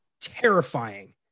terrifying